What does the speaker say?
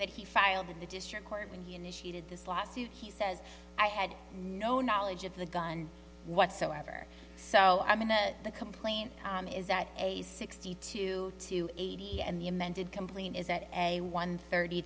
that he filed in the district court when he initiated this lawsuit he says i had no knowledge of the gun whatsoever so i mean the complaint is that a sixty two to eighty and the amended complaint is that a one thirty